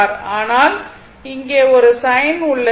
ஆனால் இங்கே ஒரு சைன் உள்ளது